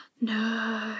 No